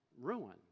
ruin